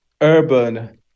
urban